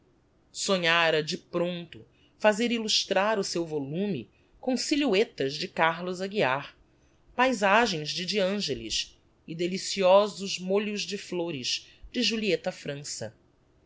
corrigido sonhara de prompto fazer illustrar o seu volume com silhuetas de carlos aguiar paizagens de de angelis e deliciosos molhos de flôres de julieta frança